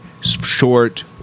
short